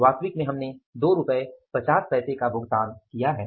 इसका मतलब है कि हमने प्रति घंटे श्रम लागत का 25 पैसे अतिरिक्त भुगतान किया है